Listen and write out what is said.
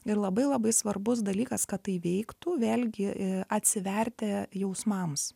ir labai labai svarbus dalykas kad tai veiktų vėlgi atsiverti jausmams